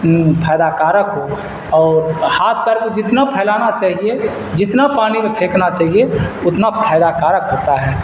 فائدہ کارک ہو اور ہاتھ پیر جتنا پھیلانا چاہیے جتنا پانی میں پھینکنا چاہیے اتنا فائدہ کارک ہوتا ہے